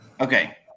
Okay